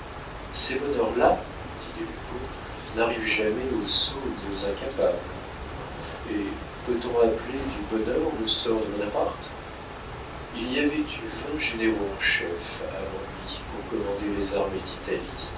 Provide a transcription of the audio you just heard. ces bonheurs là dit des lupeaulx n'arrivent jamais aux sots ni aux incapables hé peut-on appeler du bonheur le sort de bonaparte il y avait eu vingt généraux en chef avant lui pour commander les armées